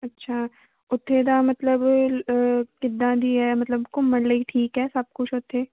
ਅੱਛਾ ਉੱਥੇ ਦਾ ਮਤਲਬ ਕਿੱਦਾਂ ਦੀ ਹੈ ਮਤਲਬ ਘੁੰਮਣ ਲਈ ਠੀਕ ਹੈ ਸਭ ਕੁਛ ਉੱਥੇ